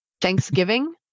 Thanksgiving